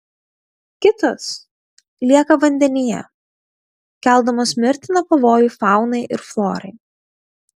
kitos lieka vandenyje keldamos mirtiną pavojų faunai ir florai